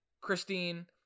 christine